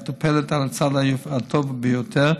מטופלת על הצד הטוב ביותר,